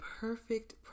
perfect